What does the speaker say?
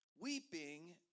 weeping